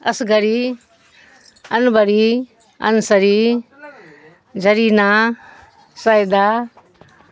Asghari Anbari Ansari Zarina Saeeda